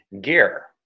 gear